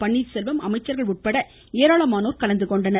பன்னீர் செல்வம் அமைச்சர்கள் உட்பட ஏராளமானோர் கலந்து கொண்டனர்